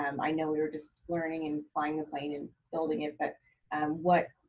um i know we were just learning and flying a plane and building it, but what,